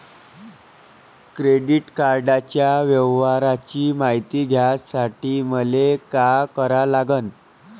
Credit कार्डाच्या व्यवहाराची मायती घ्यासाठी मले का करा लागन?